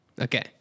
Okay